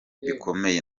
bikomeye